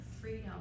freedom